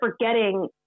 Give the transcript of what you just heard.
forgetting